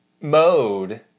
mode